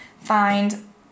find